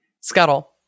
Scuttle